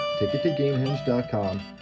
tickettogamehenge.com